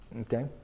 okay